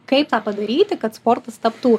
kaip tą padaryti kad sportas taptų